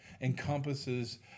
encompasses